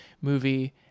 movie